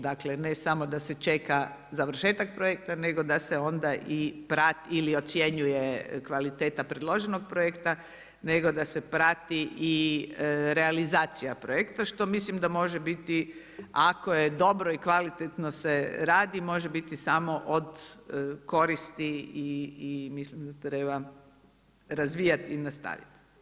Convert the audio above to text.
Dakle, ne samo da se čeka završetak projekta nego da se onda ili ocjenjuje kvaliteta predloženog projekta nego da se prati i realizacija projekta što mislim da može biti ako je dobro i kvalitetno se radi može biti samo od koristi i mislim da treba razvijati i nastaviti.